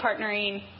partnering